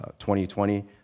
2020